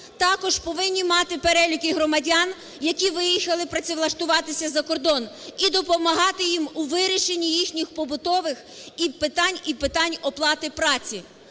також повинні мати перелік громадян, які виїхали працевлаштуватися за кордон, і допомагати їм у вирішенні їхніх побутових питань і питань оплати праці,